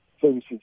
services